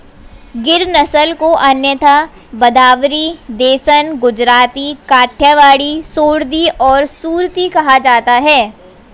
गिर नस्ल को अन्यथा भदावरी, देसन, गुजराती, काठियावाड़ी, सोरथी और सुरती कहा जाता है